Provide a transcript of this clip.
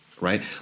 right